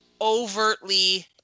overtly